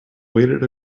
waited